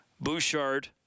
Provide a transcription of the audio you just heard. Bouchard